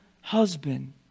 husband